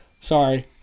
Sorry